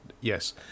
Yes